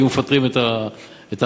היו מפטרים את האנליסטים.